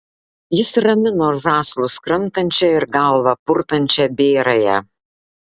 jis ramino žąslus kramtančią ir galvą purtančią bėrąją